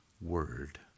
word